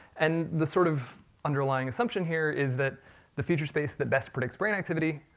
and the sort of underlying assumption here, is that the feature space that best predicts brain activity,